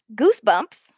goosebumps